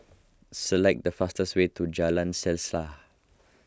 select the fastest way to Jalan